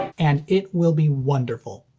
and it will be wonderful.